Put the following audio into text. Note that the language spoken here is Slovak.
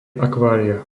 akvária